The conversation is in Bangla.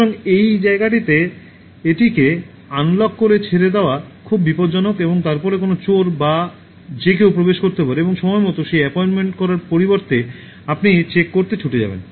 সুতরাং এই জায়গাটিতে এটিকে আনলক করে ছেড়ে দেওয়া খুব বিপজ্জনক এবং তারপরে কোনও চোর বা যে কেউ প্রবেশ করতে পারে এবং সময়মতো সেই অ্যাপয়েন্টমেন্ট করার পরিবর্তে আপনি চেক করতে ছুটে যাবেন